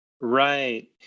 Right